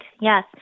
Yes